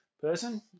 person